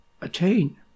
attain